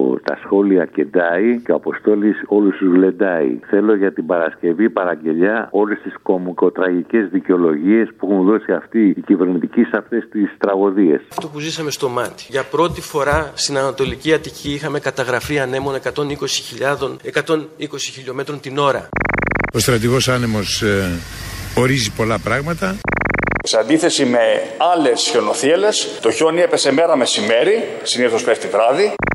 Τα σχόλια κεντάει και ο Αποστόλης όλους τους λεντάει. Θέλω για την Παρασκευή, παραγγελιά, όλες τις κομικοτραγικές δικαιολογίες που έχουν δώσει αυτοί οι κυβερνητικοί σε αυτές τις τραγωδίες. Αυτό που ζήσαμε στο Μάτι. Για πρώτη φορά στην Ανατολική Αττική είχαμε καταγραφεί ανέμων 120,000-120,000 την ώρα. Ο στρατηγός Άνεμος, ε, ορίζει πολλά πράγματα. Σε αντίθεση με άλλες χιονοθύελες, το χιόνι έπεσε μέρα μεσημέρι, συνήθως πέφτει βράδυ.